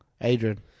Adrian